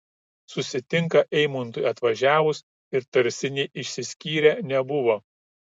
susitinka eimuntui atvažiavus ir tarsi nė išsiskyrę nebuvo